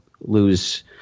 lose